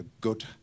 good